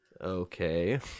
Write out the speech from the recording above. Okay